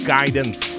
Guidance